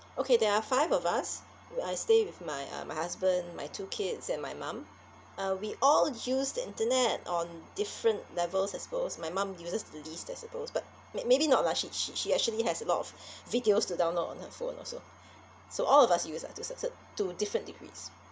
okay there are five of us where I stay with my uh my husband my two kids and my mum uh we all use the internet on different levels I suppose my mum uses the least I suppose but may~ maybe not lah she she she actually has a lot of videos to download on her phone also so all of us use lah to to different degrees